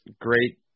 great